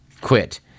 quit